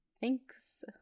Thanks